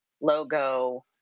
logo